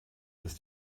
ist